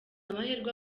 amahirwe